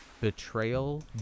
betrayal